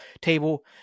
table